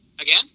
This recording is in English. again